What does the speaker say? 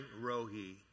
Rohi